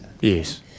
Yes